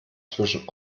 zwischen